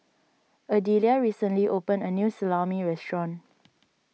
Adelia recently opened a new Salami restaurant